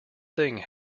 thing